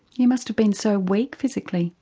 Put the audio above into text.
you must have been so weak, physically?